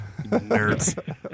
nerds